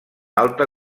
alta